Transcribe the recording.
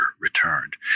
returned